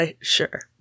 sure